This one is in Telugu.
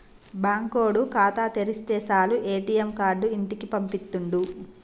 బాంకోడు ఖాతా తెరిస్తె సాలు ఏ.టి.ఎమ్ కార్డు ఇంటికి పంపిత్తుండు